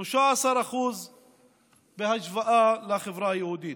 בהשוואה ל-13% בחברה היהודית.